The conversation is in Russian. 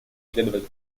следовать